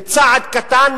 בצעד קטן,